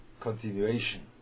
continuation